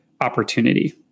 opportunity